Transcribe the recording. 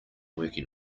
working